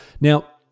Now